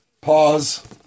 pause